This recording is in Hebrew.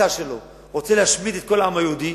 רוצה להשמיד את כל העם היהודי,